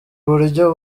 uburyo